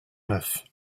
neuf